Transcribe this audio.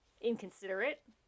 Inconsiderate